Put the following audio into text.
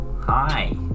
Hi